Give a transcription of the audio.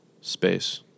space